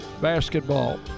basketball